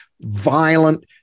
violent